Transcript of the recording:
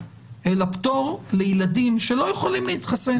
אלא פטור לילדים שלא יכולים להתחסן.